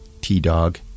T-Dog